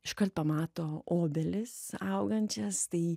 iškart pamato obelis augančias tai